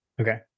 Okay